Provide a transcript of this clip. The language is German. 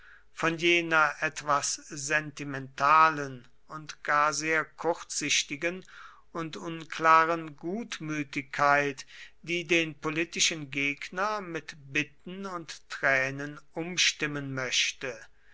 von jener etwas sentimentalen und gar sehr kurzsichtigen und unklaren gutmütigkeit die den politischen gegner mit bitten und tränen umstimmen möchte